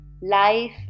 life